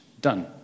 Done